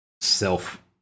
self